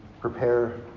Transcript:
prepare